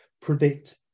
predict